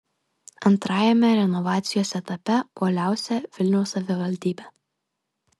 antrajame renovacijos etape uoliausia vilniaus savivaldybė